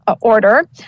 order